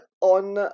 on